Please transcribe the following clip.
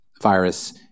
virus